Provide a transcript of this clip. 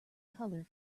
colour